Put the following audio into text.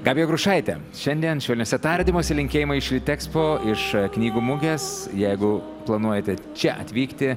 gabija grušaitė šiandien švelniuose tardymuose linkėjimai iš litexspo iš knygų mugės jeigu planuojate čia atvykti